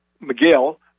Miguel